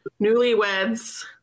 Newlyweds